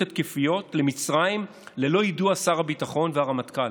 התקפיות למצרים ללא יידוע שר הביטחון והרמטכ"ל.